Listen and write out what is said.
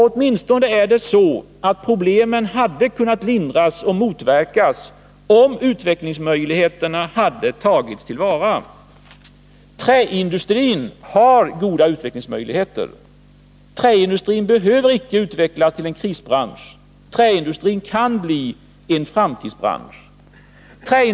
Åtminstone är det så, att problemen hade kunnat lindras, om utvecklingsmöjligheterna hade tagits till vara. Träindustrin har goda utvecklingsmöjligheter. Träindustrin behöver icke utvecklas till en krisbransch, träindustrin kan bli en framtidsbransch.